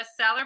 bestseller